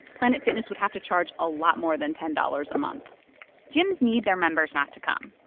planet fitness would have to charge a lot more than ten dollars a month gyms need their members not to come,